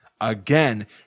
Again